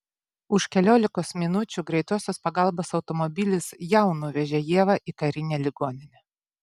už keliolikos minučių greitosios pagalbos automobilis jau nuvežė ievą į karinę ligoninę